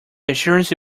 insurance